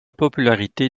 popularité